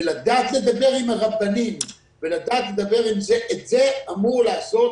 ולדעת לדבר עם הרבנים ולדעת את זה אמור לעשות